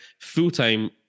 Full-time